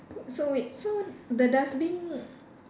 so wait so the dustbin